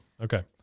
Okay